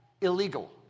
illegal